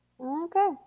Okay